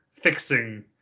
fixing